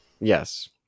Yes